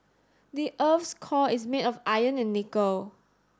the earth's core is made of iron and nickel